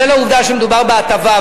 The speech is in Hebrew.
בשל העובדה שמדובר בהטבה,